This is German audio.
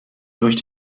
durch